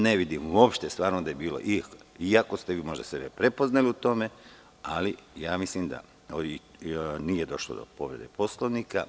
Ne vidimo uopšte da je stvarno bilo, iako ste vi sebe prepoznali u tome, ali mislim da nije došlo do povrede Poslovnika.